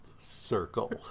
circle